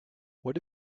what